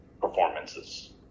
performances